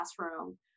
classroom